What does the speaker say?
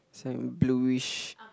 some bluish